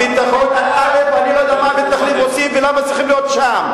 אני לא יודע מה המתנחלים עושים ולמה הם צריכים להיות שם.